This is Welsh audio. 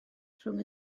rhwng